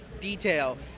detail